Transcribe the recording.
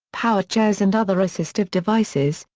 powerchairs and other assistive devices,